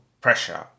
pressure